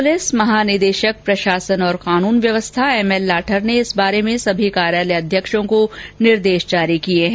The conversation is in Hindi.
पुलिस महानिदेशक प्रशासन और कानून व्यवस्था एम एल लाठर ने इस बारे में सभी कार्यालय अध्यक्षों को निर्देश जारी किए हैं